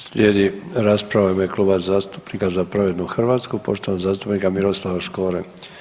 Slijedi rasprava u ime Kluba zastupnika Za pravednu Hrvatsku poštovanog zastupnika Miroslava Škore.